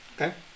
Okay